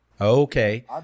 Okay